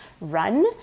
run